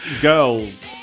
Girls